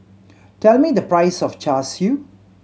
tell me the price of Char Siu